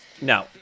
No